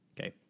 Okay